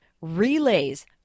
relays